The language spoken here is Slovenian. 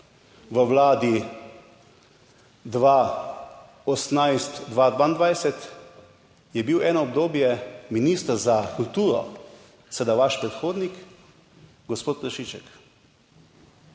v Vladi 2018-2022 je bil eno obdobje minister za kulturo, seveda vaš predhodnik, gospod Prešiček,